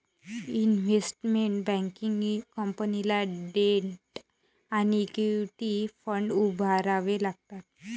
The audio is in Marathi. इन्व्हेस्टमेंट बँकिंग कंपनीला डेट आणि इक्विटी फंड उभारावे लागतात